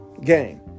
game